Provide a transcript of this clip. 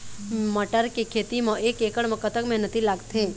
मटर के खेती म एक एकड़ म कतक मेहनती लागथे?